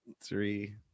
three